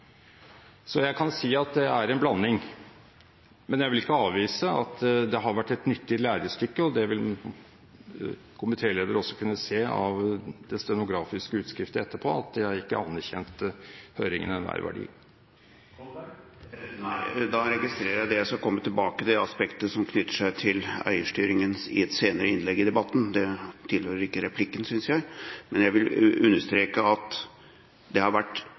Så jeg kan si at det er en blanding. Men jeg vil ikke avvise at det har vært et nyttig lærestykke, og det vil komitéleder også kunne se av den stenografiske utskrift etterpå – at jeg ikke frakjente høringene enhver verdi. Nei, da registrerer jeg det. Jeg skal komme tilbake til aspektet som knytter seg til eierstyringen i et senere innlegg i debatten, det tilhører ikke replikken, synes jeg. Men jeg vil understreke at det i Stortinget, i komiteen, men også i det offentlige rom, har